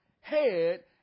head